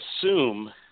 assume